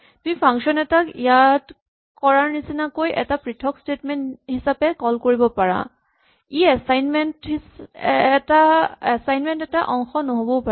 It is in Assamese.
তুমি ফাংচন এটাক ইয়াত কৰাৰ নিচিনাকৈ এটা পৃথক স্টেটমেন্ট হিচাপে কল কৰিব পাৰা ই এচাইনমেন্ট এটা অংশ নহ'বও পাৰে